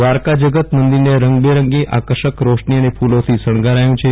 દ્વારકા જગત મંદિરને રંગબેરંગી આકર્ષક રોશની અને ફુલોથી શણગાર્યું છે